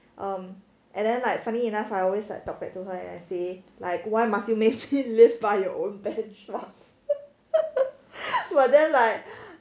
um and then like funny enough I always like talk back to her I say like why must you may feel live by your own benchmarks but then like